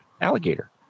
Alligator